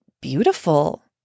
beautiful